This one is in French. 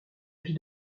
vie